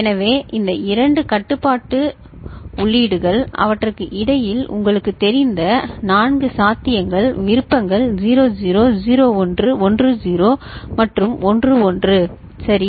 எனவே இந்த இரண்டு கட்டுப்பாட்டு உள்ளீடுகள் அவற்றுக்கு இடையில் உங்களுக்குத் தெரிந்த 4 சாத்தியங்கள் விருப்பங்கள் 00 01 10 மற்றும் 11 சரி